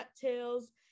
cattails